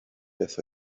beth